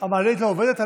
המעלית לא עובדת?